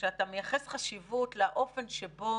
כשאתה מייחס חשיבות לאופן שבו